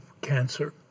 cancer